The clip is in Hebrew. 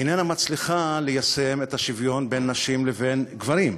איננה מצליחה ליישם את השוויון בין נשים לבין גברים.